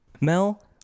Mel